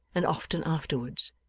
and often afterwards.